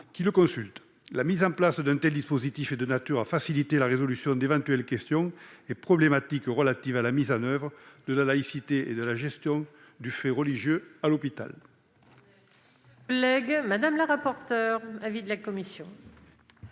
qui le consulte. La mise en place d'un tel dispositif est de nature à faciliter la résolution d'éventuelles questions et problématiques relatives à la mise en oeuvre de la laïcité et de la gestion du fait religieux à l'hôpital. Quel est l'avis de la commission